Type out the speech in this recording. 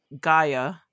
Gaia